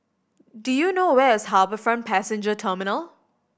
do you know where is HarbourFront Passenger Terminal